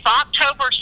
October